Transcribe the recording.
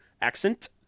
accent